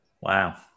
Wow